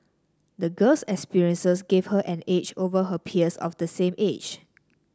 the girl's experiences gave her an edge over her peers of the same age